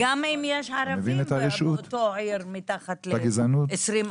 וגם אם יש ערבים באותה עיר מתחת ל-20%,